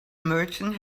merchant